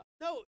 No